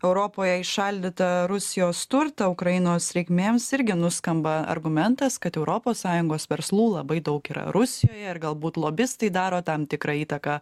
europoje įšaldytą rusijos turtą ukrainos reikmėms irgi nuskamba argumentas kad europos sąjungos verslų labai daug yra rusijoje ir galbūt lobistai daro tam tikrą įtaką